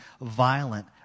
violent